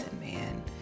man